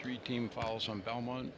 three team falls on belmont